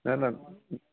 نہ نہ